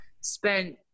spent